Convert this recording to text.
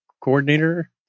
coordinator